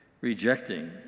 rejecting